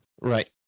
right